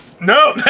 No